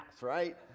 right